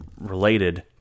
related